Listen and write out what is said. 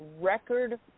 record